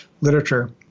literature